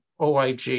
OIG